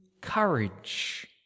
courage